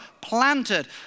planted